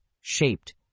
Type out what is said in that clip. shaped